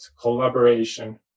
collaboration